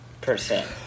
percent